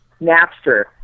Napster